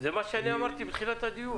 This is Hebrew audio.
זה מה שאמרתי בתחילת הדיון.